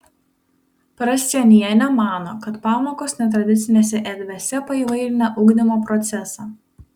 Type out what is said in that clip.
prascienienė mano kad pamokos netradicinėse erdvėse paįvairina ugdymo procesą